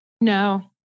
No